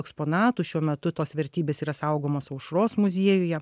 eksponatų šiuo metu tos vertybės yra saugomos aušros muziejuje